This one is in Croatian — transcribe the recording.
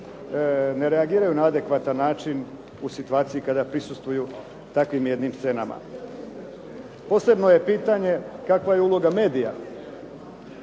ne reagiraju na adekvatan način u situaciji kada prisustvuju takvim jednim scenama. Posebno je pitanje kakva je uloga medija